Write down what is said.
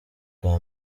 bwa